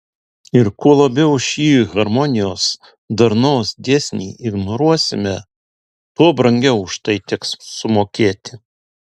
ir kuo labiau šį harmonijos darnos dėsnį ignoruosime tuo brangiau už tai teks sumokėti